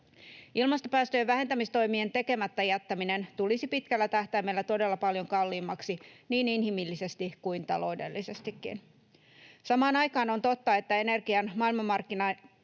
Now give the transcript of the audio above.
Ilmastopäästöjen vähentämistoimien tekemättä jättäminen tulisi pitkällä tähtäimellä todella paljon kalliimmaksi niin inhimillisesti kuin taloudellisestikin. Samaan aikaan on totta, että energian maailmanmarkkinahintojen